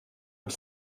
het